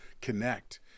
connect